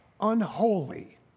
Unholy